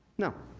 no,